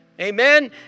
Amen